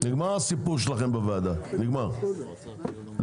הישיבה ננעלה בשעה 08:41.